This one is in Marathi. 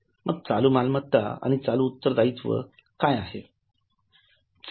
मग चालू मालमत्ता आणि चालू उत्तरदायीत्व काय आहे